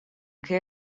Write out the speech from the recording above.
care